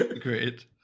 Great